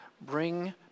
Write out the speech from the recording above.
bring